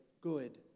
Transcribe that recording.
good